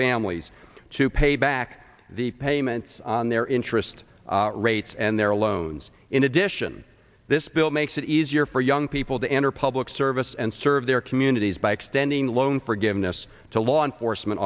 families to pay back the payments on their interest rates and their loans in addition this bill makes it easier for young people to enter public service and serve their communities by extending loan forgiveness to law enforcement